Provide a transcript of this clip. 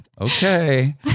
okay